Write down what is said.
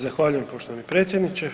Zahvaljujem poštovani predsjedniče.